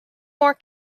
more